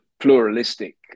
pluralistic